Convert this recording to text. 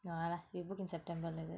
no lah we book in september like that